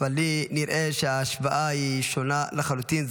לי נראה שההשוואה היא שונה לחלוטין,